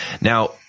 Now